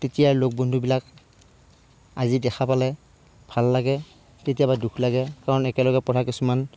তেতিয়াৰ লগ বন্ধুবিলাক আজি দেখা পালে ভাল লাগে কেতিয়াবা দুখ লাগে কাৰণ একেলগে পঢ়া কিছুমান